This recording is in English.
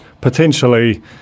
potentially